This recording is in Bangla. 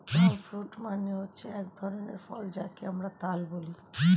পাম ফ্রুট মানে হচ্ছে এক ধরনের ফল যাকে আমরা তাল বলি